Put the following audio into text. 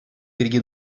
пирки